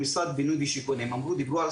אני רואה במשרד בינוי והשיכון דיברו על